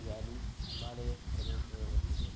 valley हिमालयप्रदेशे वर्तते